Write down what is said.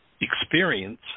experience